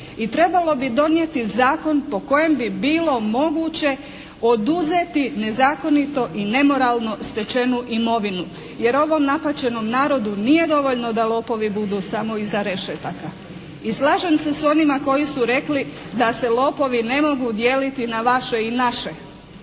i trebalo bi donijeti zakon po kojem bi bilo moguće oduzeti nezakonito i nemoralno stečenu imovinu, jer ovom napaćenom narodu nije dovoljno da lopovi budu samo iza rešetaka. I slažem se s onima koji su rekli da se lopovi ne mogu dijeliti na vaše i naše